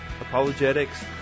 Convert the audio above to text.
apologetics